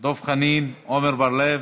דב חנין, עמר בר-לב,